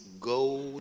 go